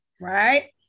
right